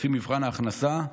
לפי מבחן ההכנסה,